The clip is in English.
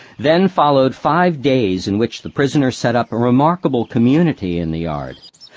then followed five days in which the prisoners set up a remarkable community in the yard.